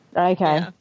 Okay